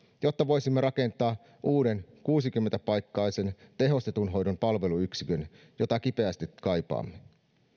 jotta voisimme rakentaa uuden kuusikymmentä paikkaisen tehostetun hoidon palveluyksikön jota kipeästi kaipaamme